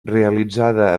realitzada